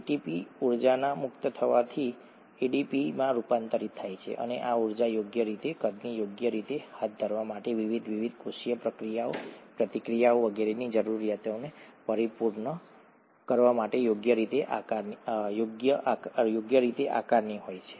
ATP ઊર્જાના મુક્ત થવાથી એડીપીમાં રૂપાંતરિત થાય છે અને આ ઊર્જા યોગ્ય રીતે કદની યોગ્ય રીતે હાથ ધરવા માટે વિવિધ વિવિધ કોષીય પ્રક્રિયાઓ પ્રતિક્રિયાઓ વગેરેની જરૂરિયાતોને પરિપૂર્ણ કરવા માટે યોગ્ય રીતે આકારની હોય છે